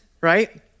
right